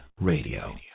Radio